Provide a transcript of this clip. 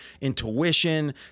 intuition